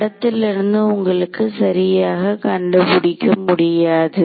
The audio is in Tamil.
படத்திலிருந்து உங்களால் சரியாக கண்டுபிடிக்க முடியாது